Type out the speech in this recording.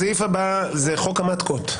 הסעיף הבא זה "חוק המטקות",